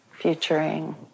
futuring